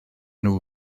nhw